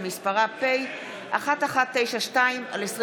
שמספרה פ/1192/23.